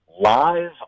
live